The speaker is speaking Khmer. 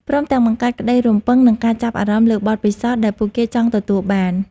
ព្រមទាំងបង្កើតក្តីរំពឹង និងការចាប់អារម្មណ៍លើបទពិសោធន៍ដែលពួកគេចង់ទទួលបាន។